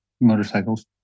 motorcycles